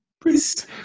please